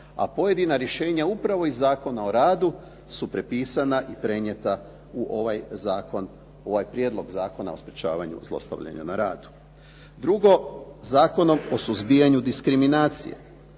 A pojedina rješenja upravo iz Zakona o radu su prepisana i prenijeta u ovaj zakon, ovaj Prijedlog zakona o sprječavanju zlostavljanja na radu. Drugo, Zakonom o suzbijanju diskriminacije